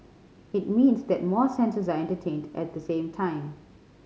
it means that more senses are entertained at the same time